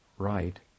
right